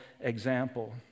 example